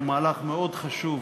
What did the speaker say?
הוא מהלך מאוד חשוב